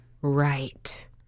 Right